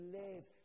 live